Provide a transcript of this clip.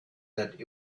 that